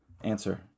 Answer